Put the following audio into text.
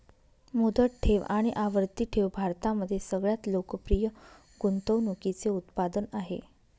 मुदत ठेव आणि आवर्ती ठेव भारतामध्ये सगळ्यात लोकप्रिय गुंतवणूकीचे उत्पादन आहे